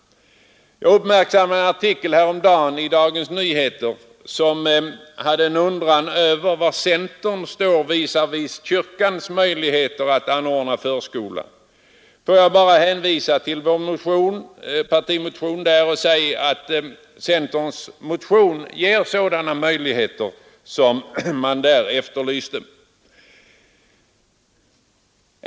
Jag uppmärksammade en artikel häromdagen i Dagens Nyheter, där författaren undrade över var centern står visavi kyrkans möjligheter att anordna förskola. Jag vill hänvisa till vår partimotion, som visar på sådana möjligheter som efterlystes i artikeln.